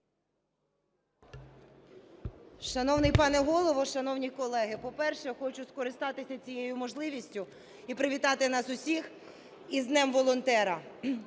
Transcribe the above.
Шановний пане Голово, шановні колеги! По-перше, хочу скористатися цією можливість і привітати нас усіх із Днем волонтера.